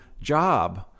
job